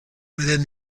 within